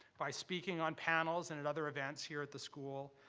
by speaking on panels and at other events here at the school,